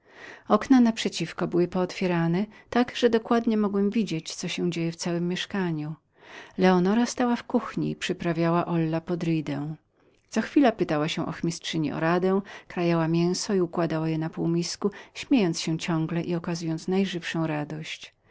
okna na przeciwko były pootwierane tak że dokładnie mogłem widzieć co się działo w całem mieszkaniu leonora stała w kuchni i przyprawiała olla podridę co chwila pytała się ochmistrzyni o radę krajała mięso i układała na półmisku ciągle śmiejąc się i okazując najżywszą radość